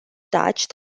thatched